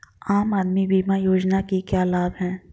आम आदमी बीमा योजना के क्या लाभ हैं?